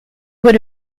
would